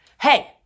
hey